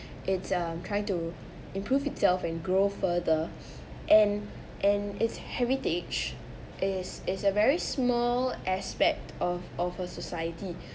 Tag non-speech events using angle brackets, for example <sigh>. it's uh trying to improve itself and grow further <breath> and and its heritage is is a very small aspect of of a society